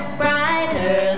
brighter